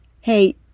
Hey